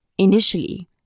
Initially